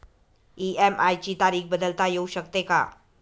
EMI ची तारीख बदलता येऊ शकते का?